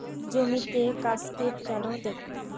জমিতে কাসকেড কেন দেবো?